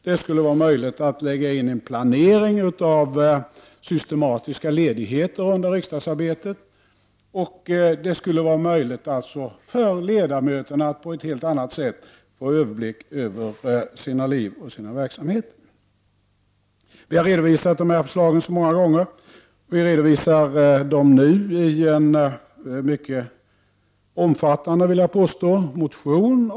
Det skulle vara möjligt att planera systematiska ledigheter under riksdagsarbetet och det skulle vara möjligt för ledamöterna att på helt annat sätt få överblick över sina liv och sina verksamheter. Vi har redovisat dessa förslag så många gånger. Vi redovisar dem nu i en, vill jag påstå, mycket omfattande motion.